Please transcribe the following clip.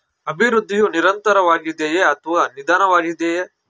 ಅಭಿವೃದ್ಧಿಯು ನಿರಂತರವಾಗಿದೆಯೇ ಅಥವಾ ನಿಧಾನವಾಗಿದೆಯೇ?